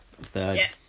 third